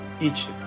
Egypt